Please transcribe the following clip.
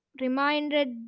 reminded